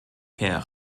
herr